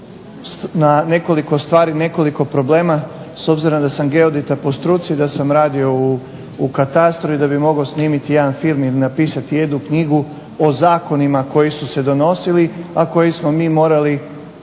na nekoliko stvari na nekoliko problema s obzirom da sam geodeta po struci i da sam radio u katastru i da bih mogao snimiti jedan film ili napisati jednu knjigu o zakonima koji su se donosili, a koje smo mi morali